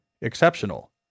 exceptional